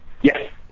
Yes